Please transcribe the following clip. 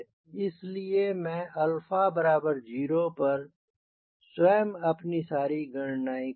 इस लिए मैं 0 पर स्वयं अपनी सारी गणनाएं करूँगा